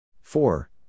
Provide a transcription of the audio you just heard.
Four